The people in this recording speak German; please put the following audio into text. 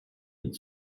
mit